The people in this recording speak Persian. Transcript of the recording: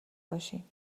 باشیم